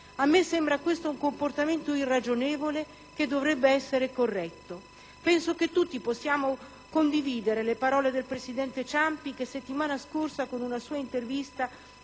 A me sembra un comportamento irragionevole, che dovrebbe essere corretto. Penso che tutti possiamo condividere le parole del presidente Ciampi, che la settimana scorsa in una sua intervista